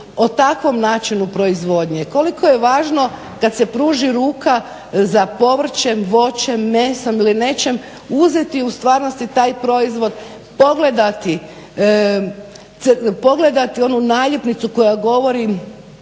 o takvom načinu proizvodnje, koliko je važno kad se pruži ruka za povrćem, voćem, mesom ili nečem, uzeti u stvarnosti taj proizvod, pogledati onu naljepnicu koja govori